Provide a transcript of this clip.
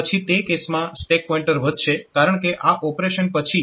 પછી તે કેસમાં સ્ટેક પોઇન્ટર વધશે કારણકે આ ઓપરેશન પછી સ્ટેક પોઇન્ટર નીચે આવવું જોઈએ